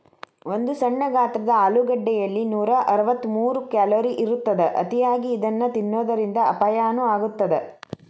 ಒಂದು ಸಣ್ಣ ಗಾತ್ರದ ಆಲೂಗಡ್ಡೆಯಲ್ಲಿ ನೂರಅರವತ್ತಮೂರು ಕ್ಯಾಲೋರಿ ಇರತ್ತದ, ಅತಿಯಾಗಿ ಇದನ್ನ ತಿನ್ನೋದರಿಂದ ಅಪಾಯನು ಆಗತ್ತದ